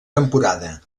temporada